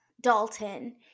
Dalton